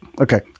Okay